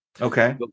okay